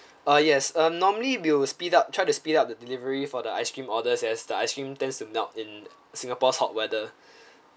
uh yes um normally we'll speed up try to speed up the delivery for the ice cream orders as the ice cream tends to melt in singapore's hot weather